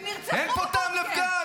"אין פה טעם לפגם.